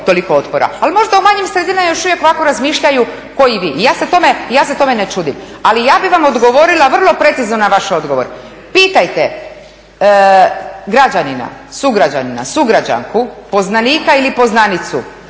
toliko otpora. Ali možda u manjim sredinama još uvijek ovako razmišljaju kao i vi. I ja se tome ne čudim. Ali ja bih vam odgovorila vrlo precizno na vaš odgovor. Pitajte građanina, sugrađanina, sugrađanku, poznanika ili poznanicu